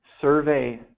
Survey